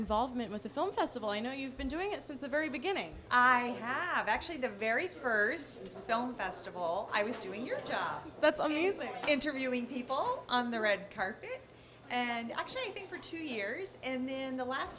involvement with the film festival i know you've been doing it since the very beginning i have actually the very first film festival i was doing your job that's all he's like interviewing people on the red carpet and i actually think for two years and then the last